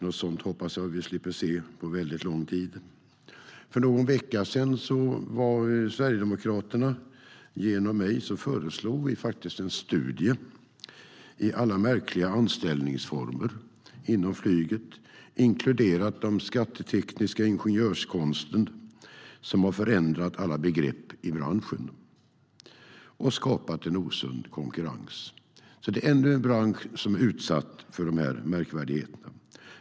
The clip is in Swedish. Något sådant hoppas jag att vi slipper se på väldigt lång tid. För någon vecka sedan föreslog Sverigedemokraterna genom mig en studie i alla märkliga anställningsformer inom flyget, inklusive de skattetekniska ingenjörskonster som har förändrat alla begrepp i branschen och skapat en osund konkurrens. Det är ännu en bransch som är utsatt för de här märkvärdigheterna.